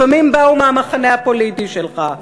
לפעמים באו מהמחנה הפוליטי שלך.